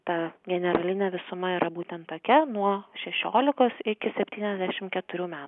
ta generalinė visuma yra būtent tokia nuo šešiolikos iki septyniasdešimt keturių metų